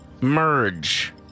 merge